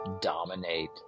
dominate